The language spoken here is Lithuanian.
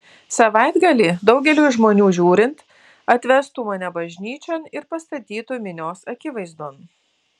savaitgalį daugeliui žmonių žiūrint atvestų mane bažnyčion ir pastatytų minios akivaizdon